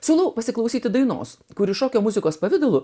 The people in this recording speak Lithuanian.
siūlau pasiklausyti dainos kuri šokio muzikos pavidalu